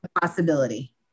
possibility